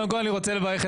אני רק תוהה,